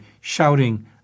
shouting